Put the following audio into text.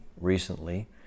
recently